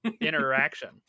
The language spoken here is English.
interaction